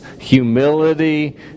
humility